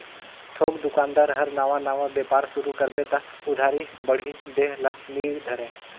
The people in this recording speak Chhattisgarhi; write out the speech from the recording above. थोक दोकानदार हर नावा नावा बेपार सुरू करबे त उधारी बाड़ही देह ल नी धरे